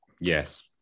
yes